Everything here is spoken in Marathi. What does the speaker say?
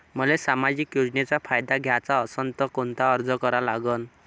मले सामाजिक योजनेचा फायदा घ्याचा असन त कोनता अर्ज करा लागन?